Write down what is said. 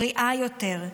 בריאה יותר,